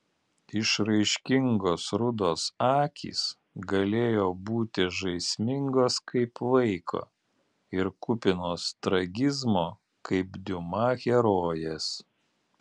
išraiškingos rudos akys galėjo būti žaismingos kaip vaiko ir kupinos tragizmo kaip diuma herojės